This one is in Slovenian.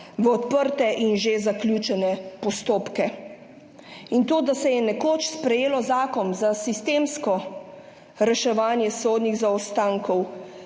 v odprte in že zaključene postopke. In to, da se je nekoč sprejelo zakon za sistemsko reševanje sodnih zaostankov,